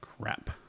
Crap